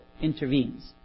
intervenes